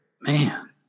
Man